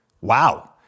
Wow